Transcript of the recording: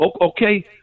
Okay